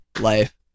life